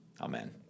Amen